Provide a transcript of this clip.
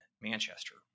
Manchester